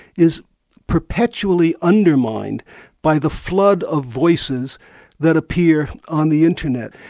is perpetually undermined by the flood of voices that appear on the internet.